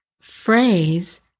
phrase